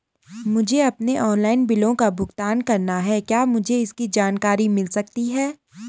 मुझे अपने ऑनलाइन बिलों का भुगतान करना है क्या मुझे इसकी जानकारी मिल सकती है?